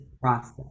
process